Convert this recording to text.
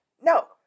No